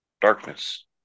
darkness